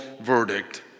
verdict